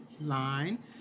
line